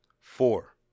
Four